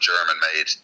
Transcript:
German-made